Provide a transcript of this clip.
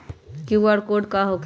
एकर QR code का होकेला?